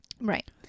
Right